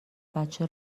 بچه